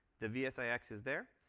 the vsix is there.